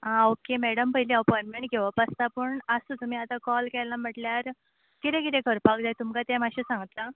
आ okay madam पयली अपॉयणमॅण घेवप आसता पूण आसूं तुमी आतां कॉल केला म्हटल्यार कितें कितें करपाक जाय तुमकां तें माश्शें सांगता